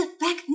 Back